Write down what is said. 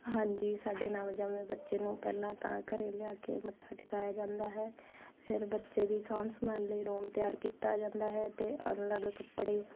ਹਾਂਜੀ ਸਾਡੇ ਨਵਜੰਮੇ ਬੱਚੇ ਨੂੰ ਪਹਿਲਾਂ ਤਾਂ ਘਰ ਲਿਆ ਕੇ ਮੱਥਾ ਟਿਕਾਇਆ ਜਾਂਦਾ ਹੈ ਫਿਰ ਬੱਚੇ ਦੀ ਸਾਂਭ ਸੰਭਾਲ ਲਈ ਰੂਮ ਤਿਆਰ ਕੀਤਾ ਜਾਂਦਾ ਹੈ ਅਤੇ ਅਲੱਗ ਕੱਪੜੇ